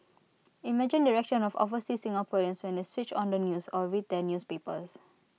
imagine the reactions of overseas Singaporeans when they switched on the news or read their newspapers